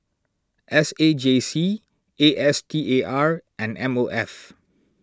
S A J C A S T A R and M O F